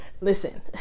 listen